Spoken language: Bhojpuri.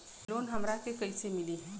लोन हमरा के कईसे मिली?